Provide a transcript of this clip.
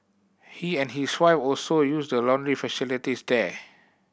he and his wife also use the laundry facilities there